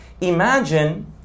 Imagine